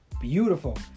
beautiful